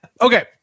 Okay